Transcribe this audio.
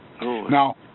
now